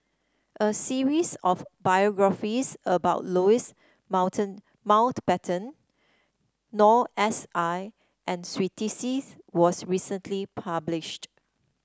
a series of biographies about Louis Mountain Mountbatten Noor S I and Twisstii was recently published